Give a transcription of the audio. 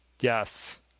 Yes